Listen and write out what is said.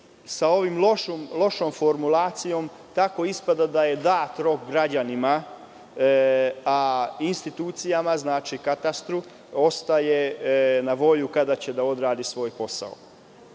sa ovom lošom formulacijom tako ispada da je dat rok građanima, a institucijama ostaje na volju kada će da odrade svoj posao. Ima